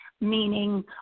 meaning